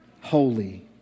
holy